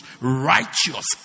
righteous